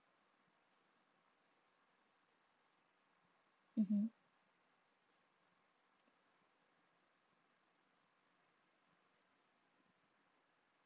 mmhmm